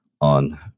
on